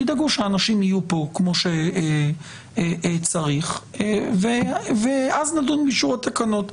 תדאגו שהאנשים יהיו כאן כמו שצריך ואז נדון באישור התקנות.